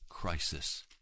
crisis